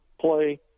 play